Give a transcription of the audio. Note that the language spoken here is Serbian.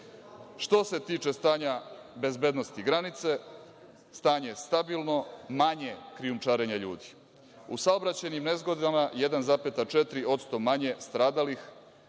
se tiče stanja bezbednosti granice, stanje je stabilno, manje je krijumčarenja ljudi. U saobraćajnim nezgodama 1,4% manje stradalih.